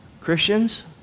Christians